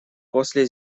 после